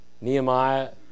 Nehemiah